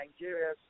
Nigeria